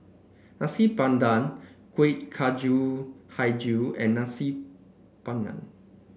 Nasi Padang Kueh Kacang hijau and Nasi Padang